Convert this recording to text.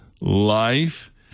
life